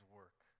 work